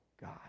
God